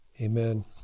Amen